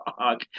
fuck